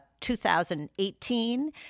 2018